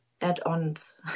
add-ons